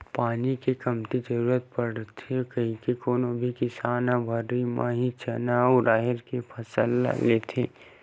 पानी के कमती जरुरत पड़थे कहिके कोनो भी किसान ह भर्री म ही चना अउ राहेर के फसल ल लेथे